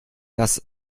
dass